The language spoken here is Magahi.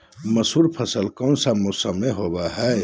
मसूर फसल कौन सा मौसम में होते हैं?